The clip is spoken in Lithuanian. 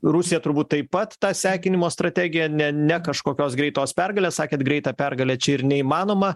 rusija turbūt taip pat tą sekinimo strategiją ne ne kažkokios greitos pergalės sakėt greita pergalė čia ir neįmanoma